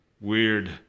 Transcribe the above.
weird